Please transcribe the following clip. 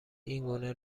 اینگونه